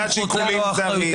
יש שקילת שיקולים זרים.